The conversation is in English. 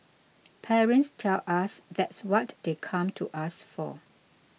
parents tell us that's what they come to us for